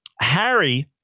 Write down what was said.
Harry